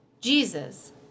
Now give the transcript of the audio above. Jesus